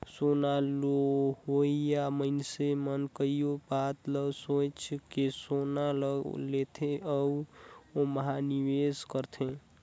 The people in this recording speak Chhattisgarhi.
सोना लेहोइया मइनसे मन कइयो बात ल सोंएच के सोना ल लेथे अउ ओम्हां निवेस करथे